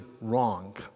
wrong